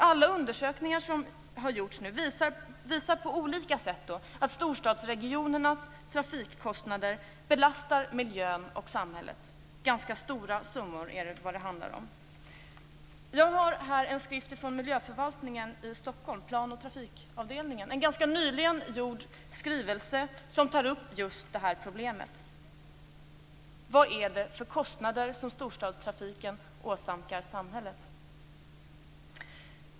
Alla undersökningar som har gjorts visar på olika sätt att storstadsregionernas trafikkostnader belastar miljön och samhället. Det handlar om ganska stora summor. Jag har här en skrift från Miljöförvaltningen i Stockholm, från Plan och trafikavdelningen. Det är en ganska nyligen gjord skrivelse där just nämnda problem tas upp. Vad är det alltså för kostnader som storstadstrafiken åsamkar samhället?